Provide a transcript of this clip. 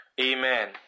Amen